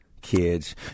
Kids